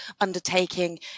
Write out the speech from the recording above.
undertaking